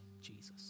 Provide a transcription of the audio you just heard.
Jesus